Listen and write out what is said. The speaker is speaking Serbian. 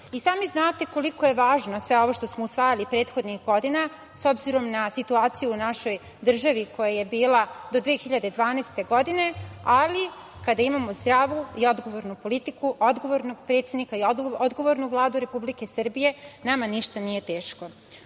znate koliko je važno sve ovo što smo usvajali prethodnih godina, s obzirom na situaciju u našoj državi koja je bila do 2012. godine, ali kada imamo zdravu i odgovornu politiku, odgovornog predsednika i odgovornu Vladu Republike Srbije, nama ništa nije teško. Ono